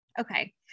Okay